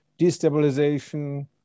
destabilization